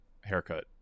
haircut